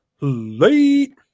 Late